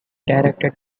directed